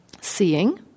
Seeing